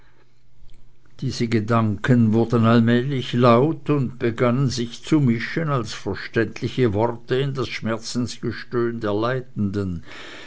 diese gedanken wurden allmählich laut und begannen sich zu mischen als verständliche worte in das schmerzensgestöhn der leidenden